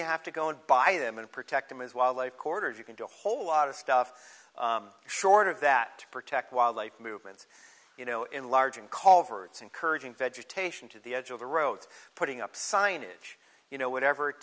you have to go and buy them and protect them as wildlife corridors you can do a whole lot of stuff short of that to protect wildlife movements you know enlarging call over it's encouraging vegetation to the edge of the roads putting up signage you know whatever it